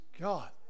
God